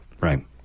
Right